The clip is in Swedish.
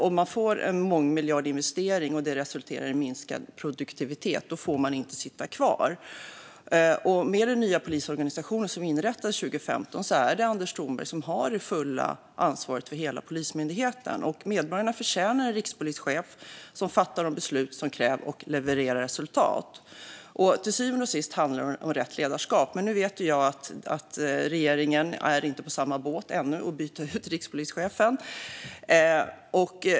Om man får en mångmiljardinvestering och det resulterar i minskad produktivitet får man inte sitta kvar. Med den nya polisorganisationen, som inrättades 2015, är det Anders Thornberg som har det fulla ansvaret för hela Polismyndigheten. Medborgarna förtjänar en rikspolischef som fattar de beslut som krävs och som levererar resultat. Till syvende och sist handlar det om rätt ledarskap, men jag vet att regeringen inte är med på båten ännu när det gäller att byta ut rikspolischefen.